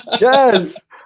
Yes